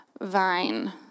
vine